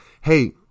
hey